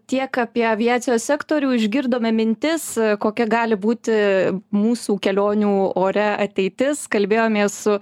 tiek apie aviacijos sektorių išgirdome mintis kokia gali būti mūsų kelionių ore ateitis kalbėjomės su